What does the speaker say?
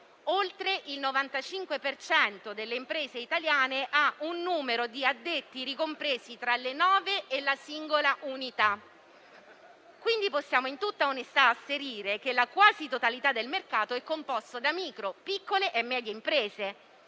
per cento delle imprese italiane ha un numero di addetti ricompresi tra le nove e la singola unità. In tutta onestà, possiamo quindi asserire che la quasi totalità del mercato è composta da micro, piccole e medie imprese.